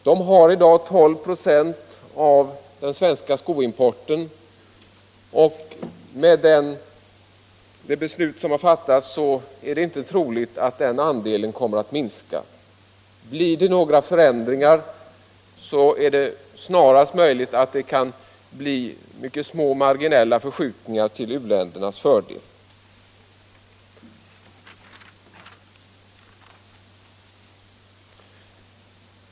Dessa har i dag 12 9 av den svenska skoimporten. Det är inte troligt att den andelen kommer att minska på grund av det beslut som har fattats. Blir det några förändringar är det snarast möjligt att det blir små marginella förskjutningar till u-ländernas fördel.